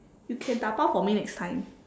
you can dabao for me next time